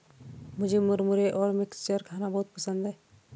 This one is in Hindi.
मुझे मुरमुरे और मिक्सचर खाना बहुत पसंद है